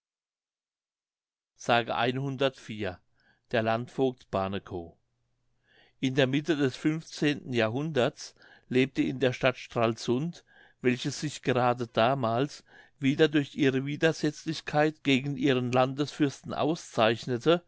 der landvogt barnekow in der mitte des funfzehnten jahrhunderts lebte in der stadt stralsund welche sich gerade damals wieder durch ihre widersetzlichkeit gegen ihren landesfürsten auszeichnete